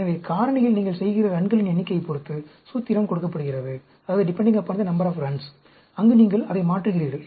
எனவே காரணியில் நீங்கள் செய்கிற ரன்களின் எண்ணிக்கையைப் பொறுத்து சூத்திரம் கொடுக்கப்படுகிறது அங்கு நீங்கள் அதை மாற்றுகிறீர்கள்